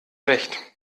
recht